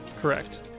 Correct